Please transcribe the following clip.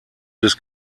des